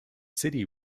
city